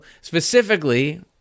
specifically